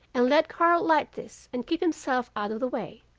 and let karl light this and keep himself out of the way